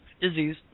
Disease